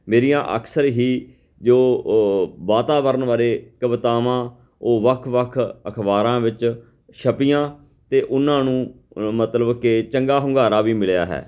ਮੇਰੀਆਂ ਅਕਸਰ ਹੀ ਜੋ ਵਾਤਾਵਰਨ ਬਾਰੇ ਕਵਿਤਾਵਾਂ ਉਹ ਵੱਖ ਵੱਖ ਅਖਬਾਰਾਂ ਵਿੱਚ ਛਪੀਆਂ ਅਤੇ ਉਹਨਾਂ ਨੂੰ ਮਤਲਬ ਕਿ ਚੰਗਾ ਹੁੰਗਾਰਾ ਵੀ ਮਿਲਿਆ ਹੈ